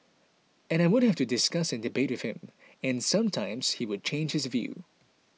and I would have to discuss and debate with him and sometimes he would change his view